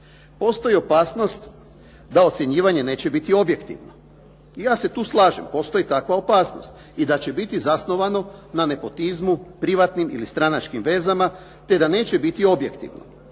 Postoji opasnost da ocjenjivanje neće biti objektivno. Ja se tu slažem. Postoji takva opasnost i da će biti zasnovano na nepotizmu, privatnim ili stranačkim vezama, te da neće biti objektivno.